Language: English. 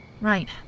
Right